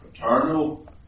paternal